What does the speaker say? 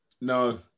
No